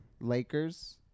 Lakers